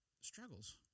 struggles